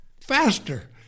faster